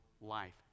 Life